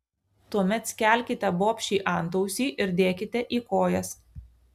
tuomet skelkite bobšei antausį ir dėkite į kojas